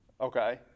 Okay